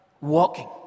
walking